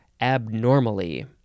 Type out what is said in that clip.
abnormally